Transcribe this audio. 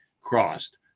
crossed